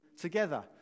together